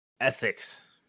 ethics